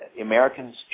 Americans